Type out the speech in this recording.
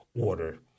order